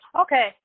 Okay